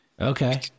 Okay